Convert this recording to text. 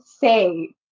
say